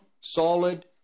solid